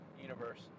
universe